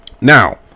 Now